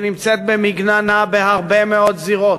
שנמצאת במגננה בהרבה מאוד זירות,